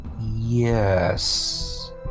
Yes